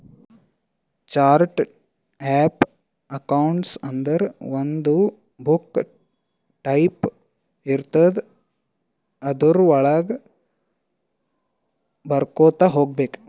charts of accounts ಅಂದುರ್ ಒಂದು book type ಇರ್ತುದ್ ಅದುರ್ ವಳಾಗ ಬರ್ಕೊತಾ ಹೋಗ್ಬೇಕ್